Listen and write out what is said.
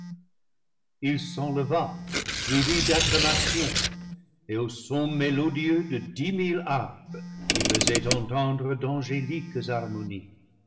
il s'enleva suivi d'acclamations et au son mélodieux de dix mille harpes qui faisaient entendre d'angéliques harmo